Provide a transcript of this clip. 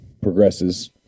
progresses